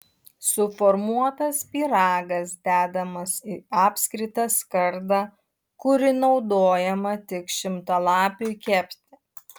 suformuotas pyragas dedamas į apskritą skardą kuri naudojama tik šimtalapiui kepti